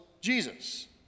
Jesus